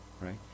right